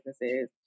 businesses